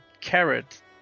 carrot